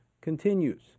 continues